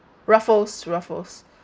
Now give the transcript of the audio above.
Ruffles Ruffles